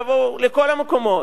יבואו לכל המקומות.